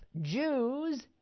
Jews